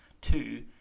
two